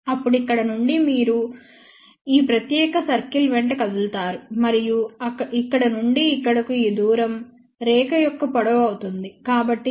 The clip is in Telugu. అప్పుడు ఇక్కడ నుండి ఇప్పుడు మీరు ఈ ప్రత్యేక సర్కిల్ వెంట కదులుతారు మరియు ఇక్కడ నుండి ఇక్కడకు ఈ దూరం రేఖ యొక్క పొడవు అవుతుంది